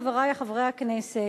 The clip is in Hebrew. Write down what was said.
חברי חברי הכנסת,